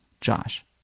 Josh